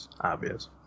obvious